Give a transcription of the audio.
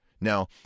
Now